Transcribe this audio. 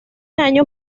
año